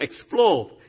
explore